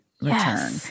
return